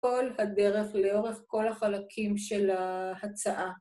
כל הדרך לאורך כל החלקים של ההצעה.